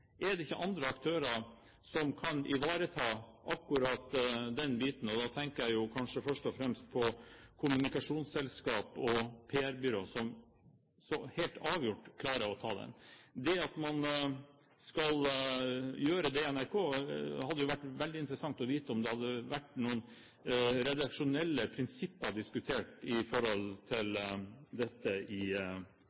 Er det ikke andre aktører som kan ivareta akkurat den biten? Og da tenker jeg først og fremst på kommunikasjonsselskaper og PR-byrå, som helt avgjort klarer å ta dette. Det hadde vært veldig interessant å vite om det har vært diskutert noen redaksjonelle prinsipper i forhold til